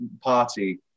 party